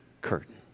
curtain